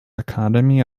academy